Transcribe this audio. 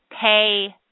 pay